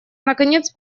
наконец